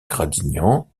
gradignan